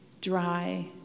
dry